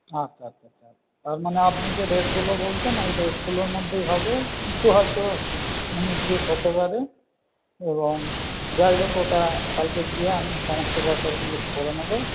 আচ্ছা আচ্ছা আচ্ছা তার মানে আপনি যে রেটগুলো বলছেন ওই রেটগুলোর মধ্যেই হবে কিছু হয়তো উনিশ বিশ হতে পারে এবং যাই হোক ওটা কালকে গিয়ে আমি সমস্ত ব্যাপারগুলো করে নেব